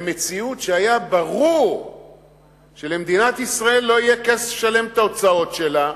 במציאות שהיה ברור שלמדינת ישראל לא יהיה כסף לשלם את ההוצאות שלה,